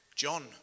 John